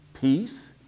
peace